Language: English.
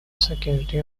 security